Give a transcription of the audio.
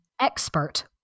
expert